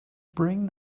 bring